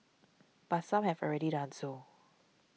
but some have already done so